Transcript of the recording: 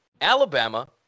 Alabama